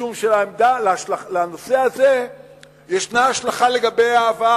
משום שלנושא הזה יש השלכה לגבי העבר.